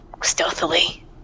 stealthily